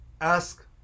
ask